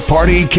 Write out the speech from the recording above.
Party